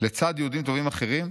"לצד יהודים טובים אחרים?